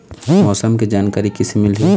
मौसम के जानकारी किसे मिलही?